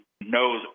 knows